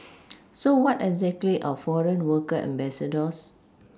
so what exactly are foreign worker ambassadors